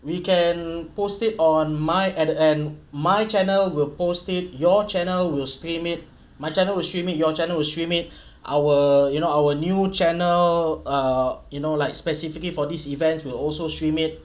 we can post it on my at the and my channel will post it your channel will stream it my channel will stream it your channel will stream it our you know our new channel err you know like specifically for these events will also stream it